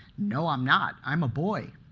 no, i'm not. i'm a boy.